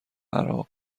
عراق